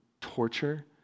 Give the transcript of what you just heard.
torture